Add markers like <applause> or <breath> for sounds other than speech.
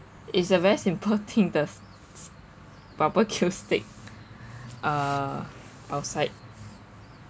it's a very simple thing the <noise> barbecue steak <breath> uh outside